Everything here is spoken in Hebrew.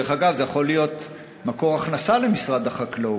דרך אגב, זה יכול להיות מקור הכנסה למשרד החקלאות,